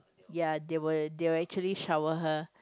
ya they will they will actually shower her